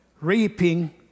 reaping